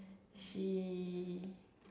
she